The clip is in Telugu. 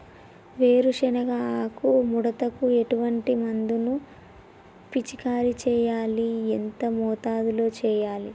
వేరుశెనగ ఆకు ముడతకు ఎటువంటి మందును పిచికారీ చెయ్యాలి? ఎంత మోతాదులో చెయ్యాలి?